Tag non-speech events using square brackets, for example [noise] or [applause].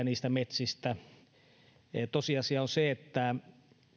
[unintelligible] niistä metsistä tulisi rämeitä tosiasia on se että